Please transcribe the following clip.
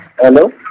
hello